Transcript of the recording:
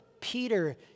Peter